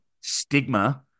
stigma